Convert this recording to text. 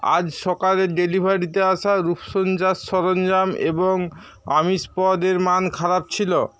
আজ সকালে ডেলিভারিতে আসা রূপসজ্জার সরঞ্জাম এবং আমিষ পদের মান খারাপ ছিল